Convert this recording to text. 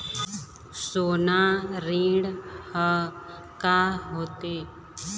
सोना ऋण हा का होते?